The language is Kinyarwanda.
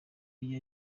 iyi